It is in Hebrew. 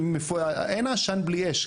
אין עשן בלי אש.